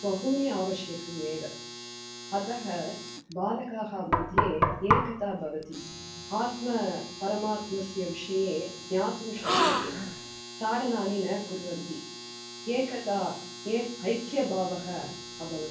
बहूनि आवश्यकं एव अतः बालकाः मध्ये एकता भवति आत्मा परमात्मायाः विषये ज्ञातुं शक्यते ताडनानि न कुर्वन्ति एकता एक् ऐक्यभावः अभवत्